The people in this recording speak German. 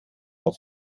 auf